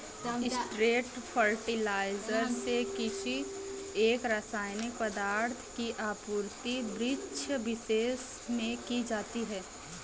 straight fertiliser से किसी एक रसायनिक पदार्थ की आपूर्ति वृक्षविशेष में की जाती है